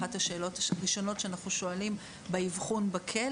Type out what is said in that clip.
אחת השאלות הראשונות שאנחנו שואלים היא על משפחה.